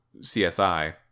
CSI